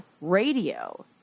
radio